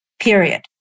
period